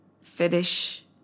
finish